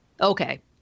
okay